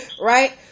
Right